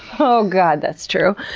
oh god, that's true.